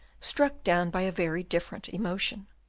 struck down by a very different emotion.